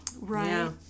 Right